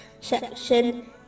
section